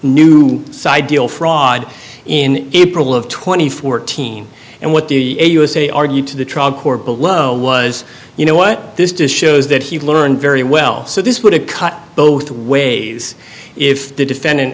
new side deal fraud in april of twenty fourteen and what the usa argued to the trunk or below was you know what this does shows that he learned very well so this would have cut both ways if the defendant